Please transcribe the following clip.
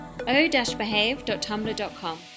o-behave.tumblr.com